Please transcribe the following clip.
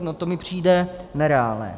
No, to mi přijde nereálné.